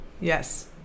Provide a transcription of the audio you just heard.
Yes